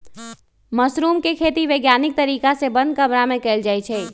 mushroom के खेती वैज्ञानिक तरीका से बंद कमरा में कएल जाई छई